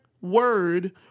word